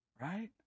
Right